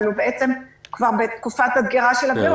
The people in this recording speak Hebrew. הוא בעצם כבר בתקופת הדגירה של הווירוס.